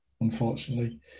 unfortunately